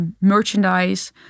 merchandise